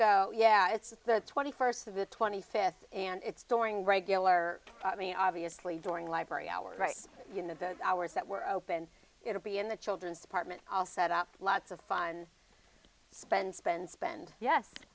go yeah it's the twenty first of the twenty fifth and it's during regular army obviously during library hours right in the hours that were open it'll be in the children's department i'll set up lots of fun spend spend spend yes